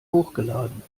hochgeladen